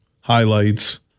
highlights